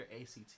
ACT